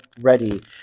ready